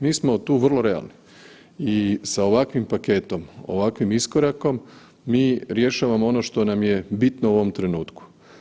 Mi smo tu vrlo realni i sa ovakvim paketom, ovakvim iskorakom mi rješavamo ono što nam je bitno u ovom trenutku.